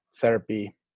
therapy